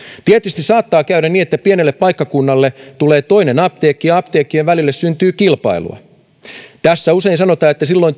tietysti saattaa käydä niin että pienelle paikkakunnalle tulee toinen apteekki ja apteekkien välille syntyy kilpailua tästä usein sanotaan että silloin